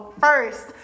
first